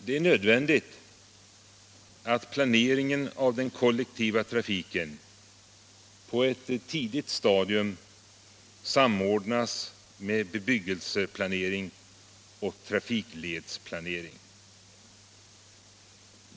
Det är nödvändigt att planeringen av den kollektiva trafiken på ett tidigt stadium samordnas med bebyggelseplanering och trafikledsplanering.